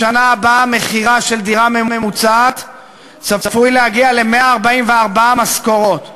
בשנה הבאה מחירה של דירה ממוצעת צפוי להגיע ל-144 משכורות.